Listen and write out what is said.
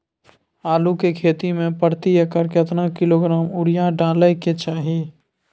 आलू के खेती में प्रति एकर केतना किलोग्राम यूरिया डालय के चाही?